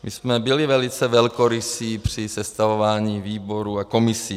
Byli jsme velice velkorysí při sestavování výborů a komisí.